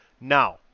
now